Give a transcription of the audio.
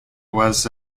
was